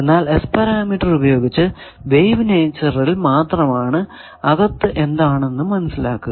എന്നാൽ S parameter ഉപയോഗിച്ച് wave നേച്ചറിൽ മാത്രമാണ് അകത്തു എന്താണെന്നു മനസ്സിലാകുക